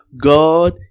God